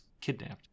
kidnapped